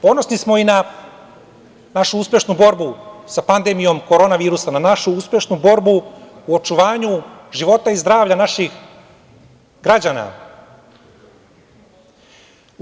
Ponosni smo i na našu uspešnu borbu sa pandemijom koronavirusa, na našu uspešnu borbu u očuvanju života i zdravlja naših građana.